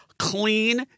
Clean